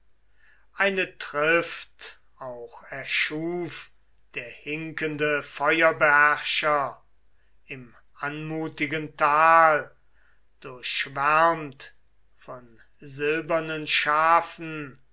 eine trift auch erschuf der hinkende feuerbeherrscher im anmutigen tal durchschwärmt von silbernen schafen